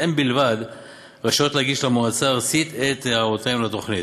והן בלבד רשאיות להגיש למועצה הארצית את הערותיהן לתוכנית,